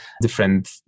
different